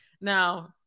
Now